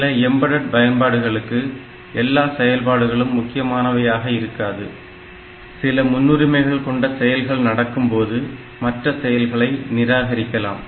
சில எம்பெடெட் பயன்பாடுகளுக்கு எல்லா செயல்பாடுகளும் முக்கியமானவையாக இருக்காது சில முன்னுரிமைகள் கொண்ட செயல்கள் நடக்கும் போது மற்ற செயல்களை நிராகரிக்கலாம்